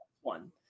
One